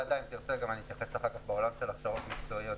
אם תרצה אוכל להתייחס גם לעולם ההכשרות מקצועיות.